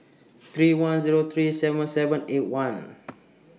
three one Zero three seven seven eight one